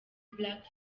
black